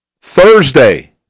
Thursday